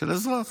של אזרח.